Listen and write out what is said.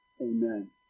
amen